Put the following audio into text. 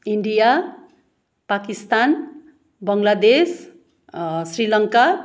India Pakistan Bangladesh Sri Lanka